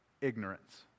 ignorance